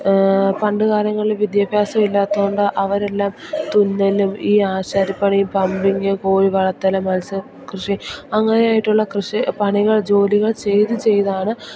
പണ്ട് കാലങ്ങളിൽ വിദ്യാഭ്യാസം ഇല്ലാത്തോണ്ട് അവർ എല്ലാം തുന്നലും ഈ ആശാരിപ്പണി പമ്പിങ്ങ് കോഴി വളർത്തലും മത്സ്യ കൃഷി അങ്ങനെ ആയിട്ടുള്ള കൃഷി പണികൾ ജോലികൾ ചെയ്ത് ചെയ്താണ്